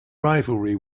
rivalry